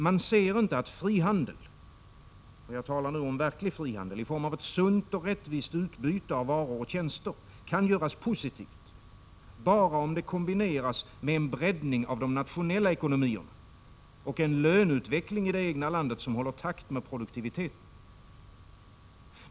Man ser inte att frihandel — och jag talar nu om verklig frihandel —i form av ett sunt och rättvist utbyte av varor och tjänster kan göras positiv bara om den kombineras med en breddning av de nationella ekonomierna och en löneutveckling i det egna landet som håller takten med produktiviteten.